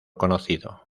conocido